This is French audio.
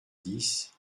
dix